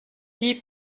dix